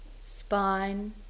spine